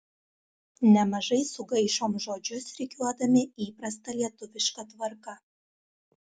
nemažai sugaišom žodžius rikiuodami įprasta lietuviška tvarka